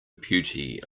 beauty